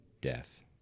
death